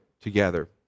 together